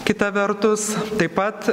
kita vertus taip pat